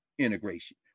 integration